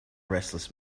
restless